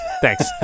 Thanks